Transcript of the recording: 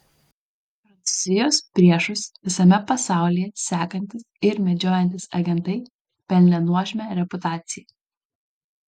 prancūzijos priešus visame pasaulyje sekantys ir medžiojantys agentai pelnė nuožmią reputaciją